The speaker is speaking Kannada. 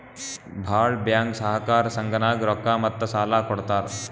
ಭಾಳ್ ಬ್ಯಾಂಕ್ ಸಹಕಾರ ಸಂಘನಾಗ್ ರೊಕ್ಕಾ ಮತ್ತ ಸಾಲಾ ಕೊಡ್ತಾರ್